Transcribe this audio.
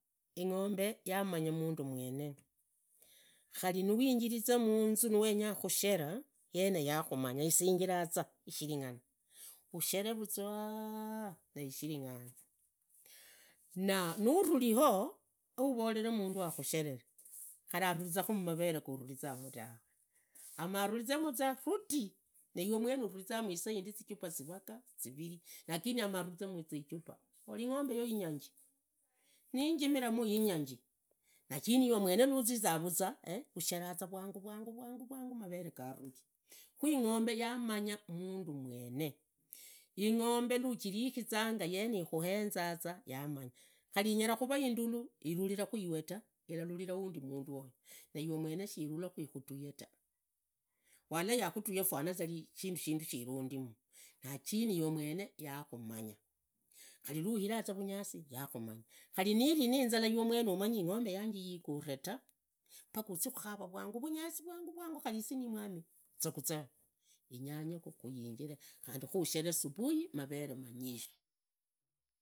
Ingombe yamanya mundu mwene khari nuwinjiriza manzu nuwenya khusheva yene yakhumanya isingivaza ishiringanaza ushereefuzwa nishiringane na nururiho uvore mundu ashere khari avuriza mu mavere ga uvuriza tawe. Amarurize zamu ruti na we mwene isaindi vanyola inzu nindai ikari irimu, yavanna vanje vambezakhu, na vana vanje na vajukuu vambeza ikari indai, khari mbekhu numuriza wanje nivayinjire muhekhu ikavi ya vanavambere shichira ganyorekhanga nunyoli shindu ukhonyekhu wundi ukhavulakhukhonya wundi tawe paka umukhonye khu uvule khulekhaza ive unyangeza wenyene umanyee wenyene tawe ukhagula isukari ikilo indala ungwe wenyene murende nakhangwere khu tawe, genyekhana murende yize angwekhu isukari yeyo. Nuguli inyama yize anyanyekhu ukhanyanyaza wenyene umalefuzwa tuwe ndiono uvezaa ulivulai tawe, genyekhara varende viza vakhujenderekhu nivanyanya khu vindu yivi, khuree uri vulai ikhari yindi khuujinyole khandi khu vindu vimendekhe, khunyola vindu vinyishi, viruvekhu iyi virurirekhu iyi shichira uherekhu mundu, khari nurikha na shindu shimunzu uwekhu mundu khandi shindi lundi alakhurerakhu khulondekhana na ikavi yogo munzu.